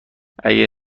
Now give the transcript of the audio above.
اگه